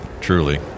Truly